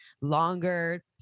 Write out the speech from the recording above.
longer